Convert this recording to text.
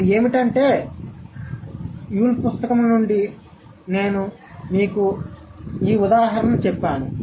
అది ఏమిటి అంటే యూల్ పుస్తకం నుండి నేను మీకు చెప్పాను